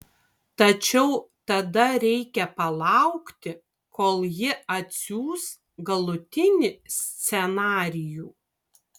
tačiau tada reikia palaukti kol ji atsiųs galutinį scenarijų